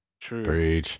True